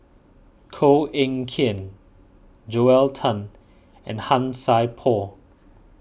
Koh Eng Kian Joel Tan and Han Sai Por